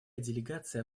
делегация